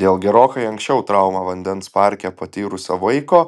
dėl gerokai anksčiau traumą vandens parke patyrusio vaiko